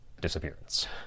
disappearance